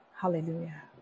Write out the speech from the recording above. Hallelujah